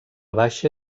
baixa